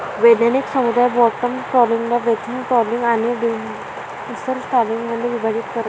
वैज्ञानिक समुदाय बॉटम ट्रॉलिंगला बेंथिक ट्रॉलिंग आणि डिमर्सल ट्रॉलिंगमध्ये विभाजित करतो